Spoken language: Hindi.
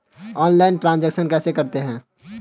ऑनलाइल ट्रांजैक्शन कैसे करते हैं?